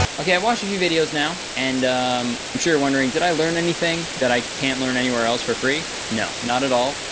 okay. i've watched a few videos now and i'm sure you're wondering, did i learn anything that i can't learn anywhere else for free? no, not at all.